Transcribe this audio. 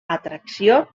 atracció